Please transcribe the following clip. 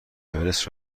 اورست